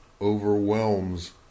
overwhelms